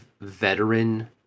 veteran